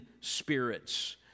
spirits